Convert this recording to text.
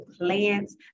plants